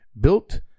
Built